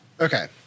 Okay